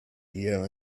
gear